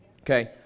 okay